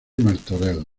martorell